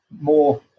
more